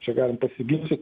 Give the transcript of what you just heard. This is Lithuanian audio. čia galim pasiginčyt